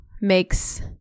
makes –